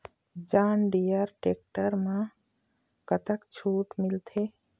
John Deere tractor म कतक छूट मिलथे?